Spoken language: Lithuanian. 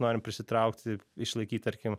norim prisitraukti išlaikyt tarkim